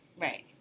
Right